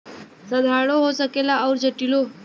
साधारणो हो सकेला अउर जटिलो